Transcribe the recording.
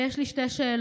ויש לי שתי שאלות,